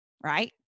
right